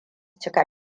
cika